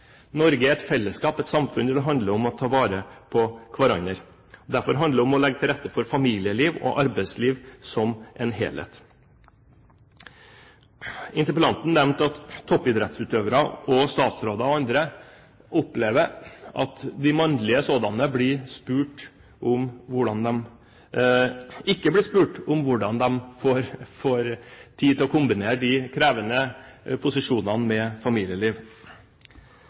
et fellesskap, et samfunn der det handler om å ta vare på hverandre. Derfor handler det om å legge til rette for et familieliv og arbeidsliv som en helhet. Interpellanten nevnte at toppidrettsutøvere, statsråder og andre opplever at de mannlige sådanne ikke blir spurt om hvordan de får tid til kombinere de krevende posisjonene med familieliv.